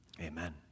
Amen